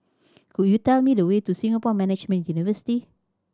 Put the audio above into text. could you tell me the way to Singapore Management University